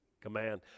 command